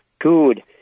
Good